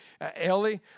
Ellie